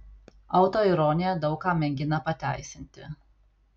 autoironija daug ką mėgina pateisinti